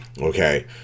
Okay